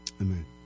Amen